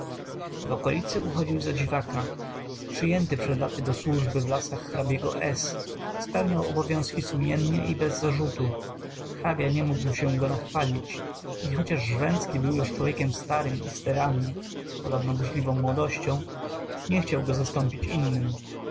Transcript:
w okolicy uchodził za dziwaka przyjęty przed laty do służby w lasach hr s spełniał obowiązki sumiennie i bez zarzutu hrabia nie mógł się go nachwalić i chociaż żręcki był już człowiekiem starym i steranym podobno burzliwą młodością nie chciał go zastąpić innym